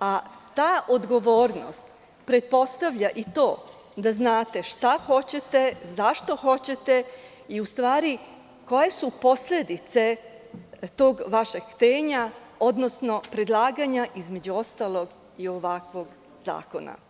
a ta odgovornost pretpostavlja i to da znate šta hoćete, zašto hoćete i koje su posledice tog vašeg htenja, odnosno predlaganja, između ostalog, i ovakvog zakona.